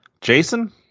Jason